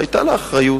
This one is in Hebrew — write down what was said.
והיתה לה אחריות.